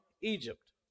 Egypt